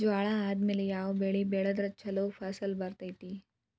ಜ್ವಾಳಾ ಆದ್ಮೇಲ ಯಾವ ಬೆಳೆ ಬೆಳೆದ್ರ ಛಲೋ ಫಸಲ್ ಬರತೈತ್ರಿ?